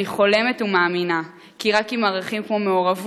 אני חולמת ומאמינה כי רק אם ערכים כמו מעורבות,